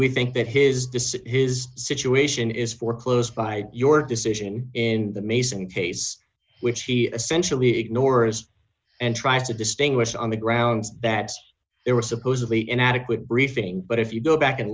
we think that his disappear is situation is foreclosed by your decision in the maysan case which he essentially ignores and tries to distinguish on the grounds that they were supposedly inadequate briefing but if you go back and